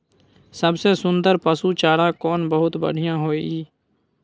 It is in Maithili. सबसे सुन्दर पसु चारा कोन बहुत बढियां होय इ?